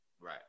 right